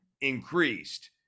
increased